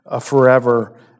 forever